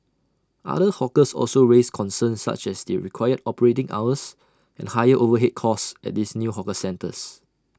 other hawkers also raised concerns such as the required operating hours and higher overhead costs at these new hawker centres